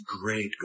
great